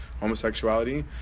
homosexuality